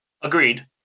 Agreed